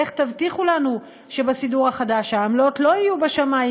איך תבטיחו לנו שבסידור החדש העמלות לא יהיו בשמים,